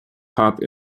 hop